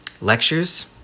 lectures